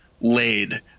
laid